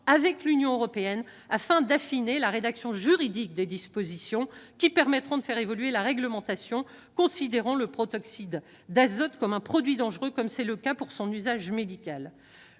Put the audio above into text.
avec l'Union européenne afin d'affiner la rédaction juridique des dispositions qui permettront de faire évoluer la réglementation, considérant le protoxyde d'azote comme un produit dangereux, comme c'est le cas pour son usage médical.